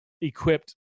equipped